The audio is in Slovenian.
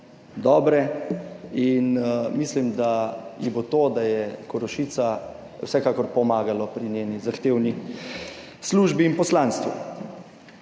dobre in mislim, da ji bo to, da je Korošica, vsekakor pomagalo pri njeni zahtevni službi in poslanstvu.